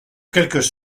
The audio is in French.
quelques